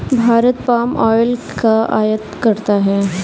Bharat palm oil का आयात करता है